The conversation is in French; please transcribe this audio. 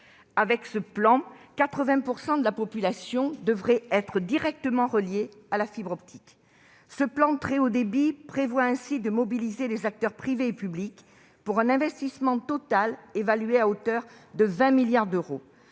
Avec ce plan, 80 % de la population devrait être directement reliée à la fibre optique. Ce plan très haut débit prévoit de mobiliser les acteurs privés et publics, pour un investissement total évalué à 20 milliards d'euros.